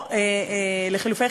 מה אדוני מציע לעשות עם ההצעה